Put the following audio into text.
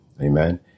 Amen